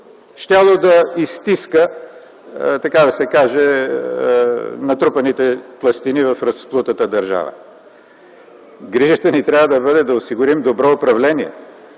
щяло да изстиска, така да се каже, натрупаните тлъстини в разплутата държава. Грижата ни трябва да бъде да осигурим добро управление.